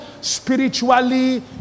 spiritually